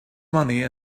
money